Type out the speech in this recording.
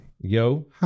yo